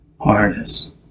harness